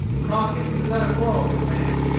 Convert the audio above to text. crockett was not a quarrelsome man.